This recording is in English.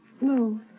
no